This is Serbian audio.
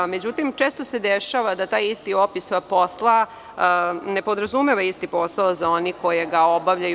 Međutim, često se dešava da taj isti opis posla ne podrazumeva isti posao za onog koji ga obavlja.